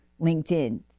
LinkedIn